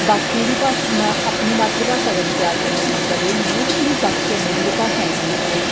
बाकियें दी भाशा अपनी मातृ भाशा कन्ने प्यार करने दा मतलब एह् नेईं ऐ जे मिगी बाकी आह्ली भाशाएं कन्नै कोई